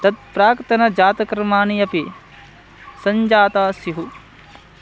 तत् प्राक्तनजातकर्माणि अपि सञ्जाताः स्युः